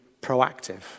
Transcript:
proactive